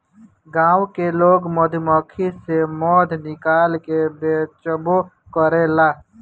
गाँव के लोग मधुमक्खी से मधु निकाल के बेचबो करेला